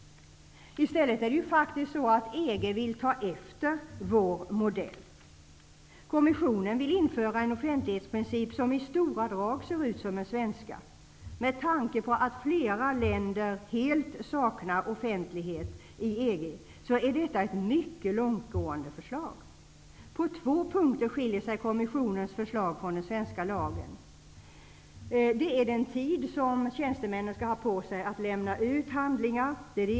I stället är det faktiskt så att EG vill ta efter vår modell. Kommissionen vill införa en offentlighetsprincip som i stora drag ser ut som den svenska. Med tanke på att flera länder inom EG helt saknar offentlighet, är detta ett mycket långtgående förslag. På två punkter skiljer sig kommissionens förslag från den svenska lagen. Den ena gäller den tid som tjänstemännen skall ha på sig för att lämna ut handlingar.